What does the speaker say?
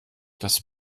das